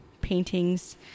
paintings